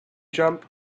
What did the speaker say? jump